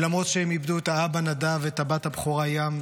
ולמרות שהם איבדו את האבא נדב ואת הבת הבכורה ים,